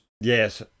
Yes